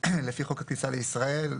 לפי חוק הכניסה לישראל,